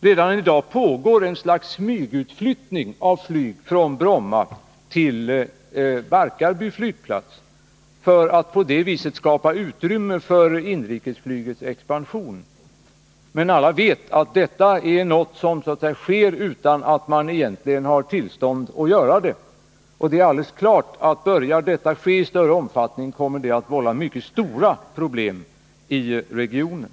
Redan i dag pågår ett slags smygutflyttning från Bromma till Barkarby flygplats för att det på det viset skall skapas utrymme för inrikesflygets expansion. Men alla vet att detta är något som så att säga sker utan att man egentligen har tillstånd till det. Det är alldeles klart att börjar detta ske i större omfattning kommer det att vålla mycket stora problem i regionen.